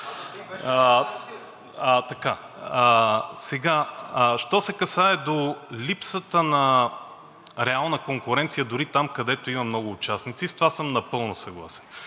Що се касае до липсата на реална конкуренция дори там, където има много участници, с това съм напълно съгласен.